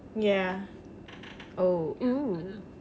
ya oh oo